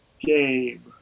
game